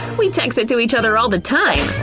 we text it to each other all the time!